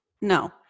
no